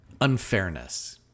unfairness